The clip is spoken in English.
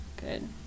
good